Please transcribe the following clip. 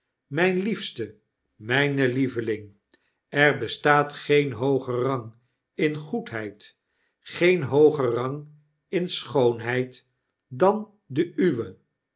myne liefste myne jieveling er bestaat geen hooger rang in goedheid geen hooger rang in schoonheid dan de uwe